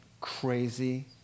crazy